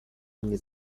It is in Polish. mnie